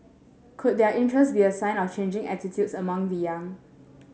could their interest be a sign of changing attitudes amongst the young